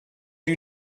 you